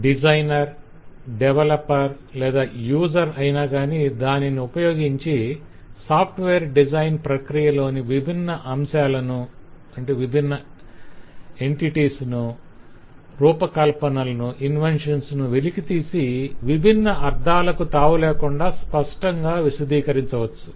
designer developer లేదా user అయినాగాని దానిని ఉపయోగించి సాఫ్ట్వేర్ డిజైన్ ప్రక్రియలోని విభిన్న అంశాలను రూపకల్పనలను వెలికితీసి విభిన్న అర్ధాలకు తావులేకుండా స్పష్టంగా విశదీకరించవచ్చు